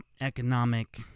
economic